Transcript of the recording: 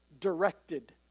directed